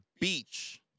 beach